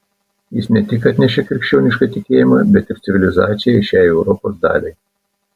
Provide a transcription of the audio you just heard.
jis ne tik atnešė krikščionišką tikėjimą bet ir civilizaciją šiai europos daliai